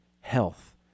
health